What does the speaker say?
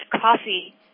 coffee